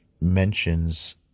mentions